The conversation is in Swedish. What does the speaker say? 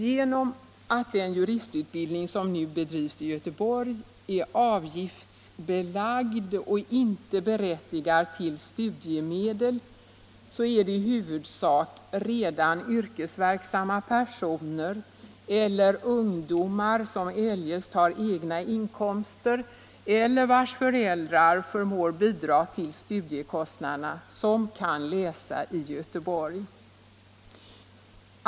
Genom att den juristutbildning som nu bedrivs i Göteborg är avgiftsbelagd och inte berättigar till studiemedel är det i huvudsak redan yrkesverksamma personer eller ungdomar som eljest har egna inkomster eller vars föräldrar förmår bidra till studiekostnaderna som kan läsa i Göteborg.